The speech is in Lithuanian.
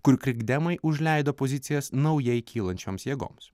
kur krikdemai užleido pozicijas naujai kylančioms jėgoms